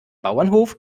bauernhof